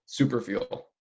Superfuel